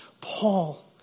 Paul